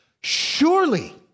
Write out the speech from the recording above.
Surely